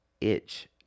itch